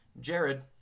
Jared